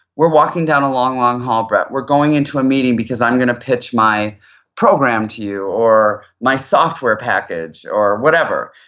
we're walking down a long, long hall, brett, we're going into a meeting because i'm going to pitch my program to you or my software package or whatever.